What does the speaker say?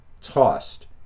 tossed